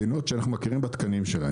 מדינות שאנחנו מכירים בתקנים שלהן.